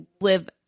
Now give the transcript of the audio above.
live